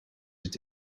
het